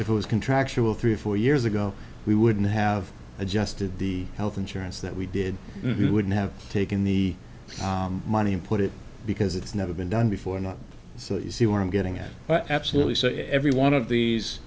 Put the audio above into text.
if it was contractual three or four years ago we wouldn't have adjusted the health insurance that we did and we wouldn't have taken the money and put it because it's never been done before or not so you see where i'm getting at but absolutely so every one of these